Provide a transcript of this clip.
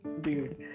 Dude